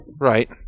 Right